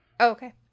Okay